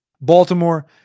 Baltimore